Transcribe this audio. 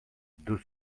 deux